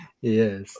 Yes